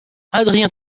adrien